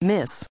Miss